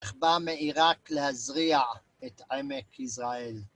איך בא מעיראק להזריע את עמק ישראל?